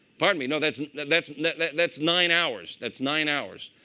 pardon me, you know that's that's like that's nine hours. that's nine hours.